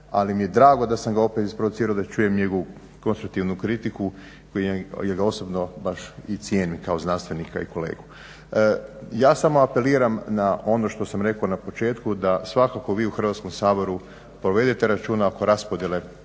ali mi je drago da sam ga opet isprovocirao da čujem njegovu konstruktivnu kritiku koju kao i njega osobno baš i cijenim kao znanstvenika i kolegu. Ja samo apeliram na ono što sam rekao na početku da svakako vi u Hrvatskom saboru povedete računa oko raspodjele